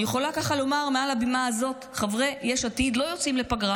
אני יכולה לומר מעל הבמה הזו: חברי יש עתיד לא יוצאים לפגרה.